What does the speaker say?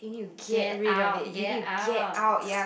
get out get out